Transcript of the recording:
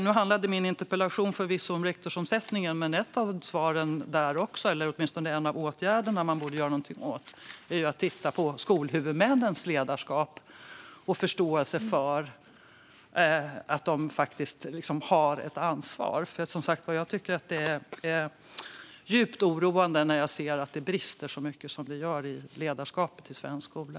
Nu handlade min interpellation förvisso om rektorsomsättningen, men något som man borde göra är att titta på skolhuvudmännens ledarskap och förståelse för att de har ett ansvar. Jag tycker som sagt att det är djupt oroande när jag ser att det brister så mycket som det gör i ledarskapet i svensk skola.